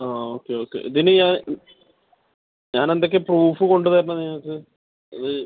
ആ okay okay ഇതിന് ഞാൻ ഞാൻ എന്തൊക്കെയാണ് പ്രൂഫ് കൊണ്ടുവരുന്നത് നിങ്ങൾക്ക് ഇത്